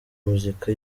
muzika